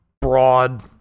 broad